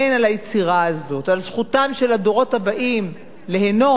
על זכותם של הדורות הבאים ליהנות מא.ב.